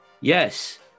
Yes